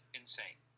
insane